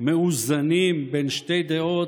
"מאוזנים בין שתי דעות"